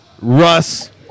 Russ